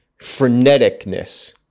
freneticness